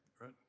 right